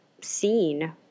scene